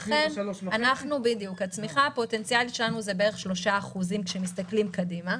לכן הצמיחה הפוטנציאלית שלנו היא סביב 3% כשמסתכלים קדימה.